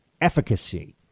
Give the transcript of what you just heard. efficacy